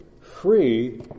free